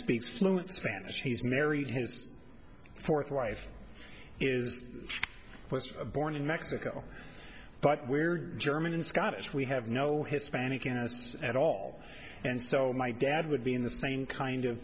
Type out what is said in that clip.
speaks fluent spanish he's married his fourth wife is was born in mexico but we're german and scottish we have no hispanic as at all and so my dad would be in the same kind of